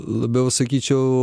labiau sakyčiau